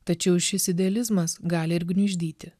tačiau šis idealizmas gali ir gniuždyti